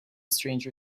stranger